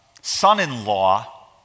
son-in-law